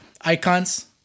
icons